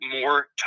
more